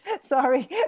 sorry